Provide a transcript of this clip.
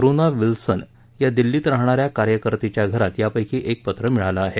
Rona Wilson या दिल्लीत राहणा या कार्यकर्तीच्या घरात यापैकी एक पत्र मिळाले आहे